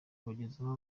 kubagezaho